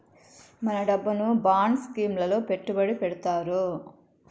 మన డబ్బును bond scheme లలో పెట్టుబడి పెడతారు